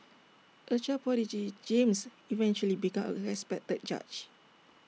A child prodigy James eventually became A respected judge